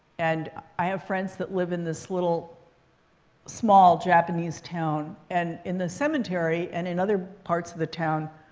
and i have friends that live in this little small japanese town. and in the cemetery and in other parts of the town,